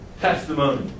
testimony